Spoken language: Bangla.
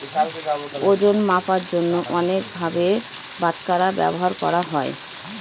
ওজন মাপার জন্য অনেক ভারের বাটখারা ব্যবহার করা হয়